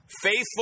Faithful